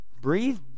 breathe